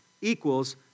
equals